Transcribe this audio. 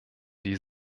die